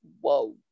whoa